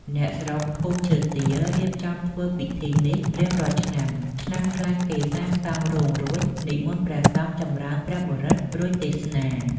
អ្នកស្រុក ភូមិឈើទាល រៀបចំធ្វើពិធីនេះរៀងរាល់ឆ្នាំ ឆ្នាំខ្លះគេសាងសងរោងរួច និមន្តព្រះសង្ឃចំរើនព្រះបរិត្ត រួច ទេសនា ។